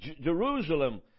Jerusalem